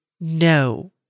No